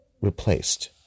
Replaced